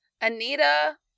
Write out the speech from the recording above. Anita